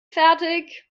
fertig